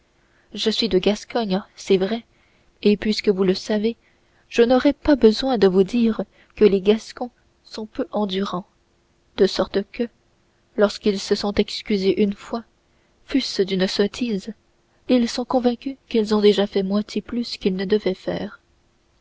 je suis de gascogne c'est vrai et puisque vous le savez je n'aurai pas besoin de vous dire que les gascons sont peu endurants de sorte que lorsqu'ils se sont excusés une fois fût-ce d'une sottise ils sont convaincus qu'ils ont déjà fait moitié plus qu'ils ne devaient faire